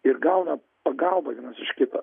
ir gauna pagalbą vienas iš kito